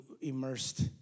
immersed